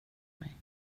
mig